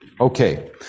Okay